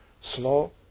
slow